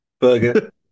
Burger